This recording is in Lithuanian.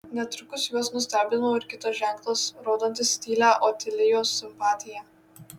netrukus juos nustebino ir kitas ženklas rodantis tylią otilijos simpatiją